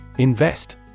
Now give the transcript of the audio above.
Invest